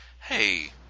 hey